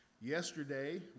yesterday